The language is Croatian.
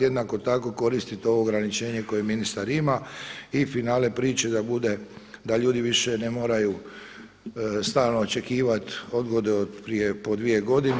Jednako tako koristiti ovo ograničenje koje ministar ima i finale priče da bude, da ljudi više ne moraju stalno očekivati odgode od prije, po dvije godine.